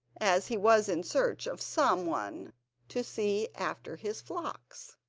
as he was in search of some one to see after his flocks.